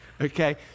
okay